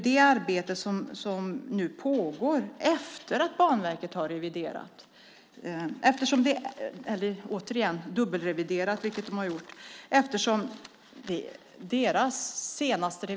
Det arbetet pågår nu efter att Banverket har dubbelreviderat detta.